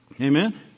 Amen